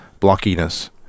blockiness